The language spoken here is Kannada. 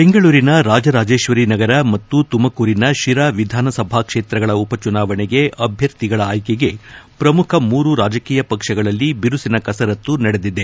ಬೆಂಗಳೂರಿನ ರಾಜರಾಜೇಶ್ವರಿ ನಗರ ಮತ್ತು ತುಮಕೂರಿನ ಶಿರಾ ವಿಧಾನಸಭಾ ಕ್ಷೇತ್ರಗಳ ಉಪಚುನಾವಣೆಗೆ ಅಭ್ಯರ್ಥಿಗಳ ಆಯ್ಲಿಗೆ ಪ್ರಮುಖ ಮೂರೂ ರಾಜಕೀಯ ಪಕ್ಷಗಳಲ್ಲಿ ಬಿರುಸಿನ ಕಸರತ್ತು ನಡೆದಿದೆ